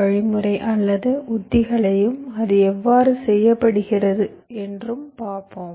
வழிமுறை அல்லது உத்திகளையும் அது எவ்வாறு செய்யப்படுகிறது என்றும் பார்ப்போம்